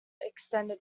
extended